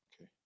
Okay